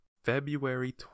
February